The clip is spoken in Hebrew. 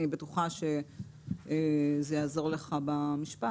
אני בטוחה שזה יעזור לו במשפט.